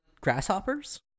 grasshoppers